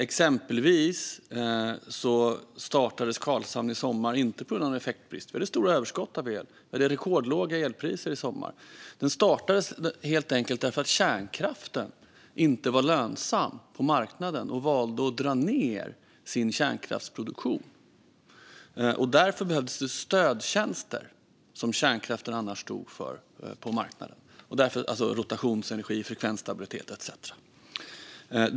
Exempelvis startades Karlshamnsverket i somras inte på grund av någon effektkris - vi hade stora överskott av el, och vi hade rekordlåga elpriser i somras - utan det startades helt enkelt därför att kärnkraften inte var lönsam på marknaden. Man valde då att dra ned på kärnkraftsproduktionen. Därför behövdes det stödtjänster som kärnkraften annars står för på marknaden - rotationsenergi, frekvensstabilitet etcetera.